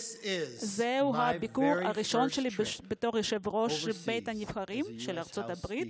זהו הביקור הראשון שלי בחו"ל בתור יושב-ראש בית הנבחרים של ארצות הברית.